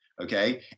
okay